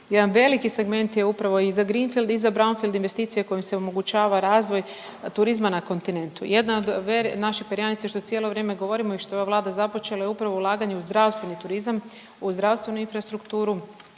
jedan veliki segment je upravo i za greenfield i za brownfield investicije kojim se omogućava razvoj turizma na kontinentu. Jedna od naših perjanica je što cijelo vrijeme govorimo i što je ova Vlada započela je upravo ulaganje u zdravstveni turizam, u zdravstvenu infrastrukturu